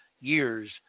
years